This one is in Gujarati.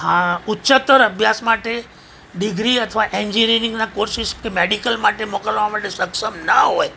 આ ઉચ્ચતર અભ્યાસ માટે ડિગ્રી અથવા એન્જિનીયરિંગના કોર્સીસ કે મેડીકલ માટે મોકલવા માટે સક્ષમ ન હોય